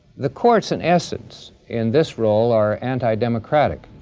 the courts, in essence, in this role are anti-democratic.